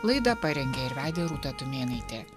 laidą parengė ir vedė rūta tumėnaitė